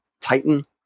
Titan